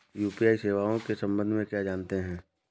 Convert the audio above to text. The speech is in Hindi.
यू.पी.आई सेवाओं के संबंध में क्या जानते हैं?